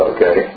Okay